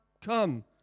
come